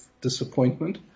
disappointment